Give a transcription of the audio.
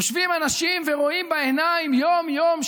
יושבים אנשים ורואים בעיניים יום-יום,